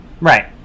Right